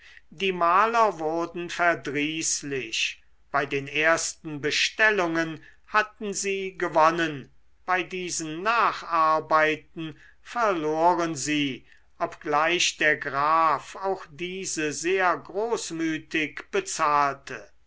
die maler wurden verdrießlich bei den ersten bestellungen hatten sie gewonnen bei diesen nacharbeiten verloren sie obgleich der graf auch diese sehr großmütig bezahlte